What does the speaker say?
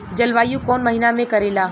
जलवायु कौन महीना में करेला?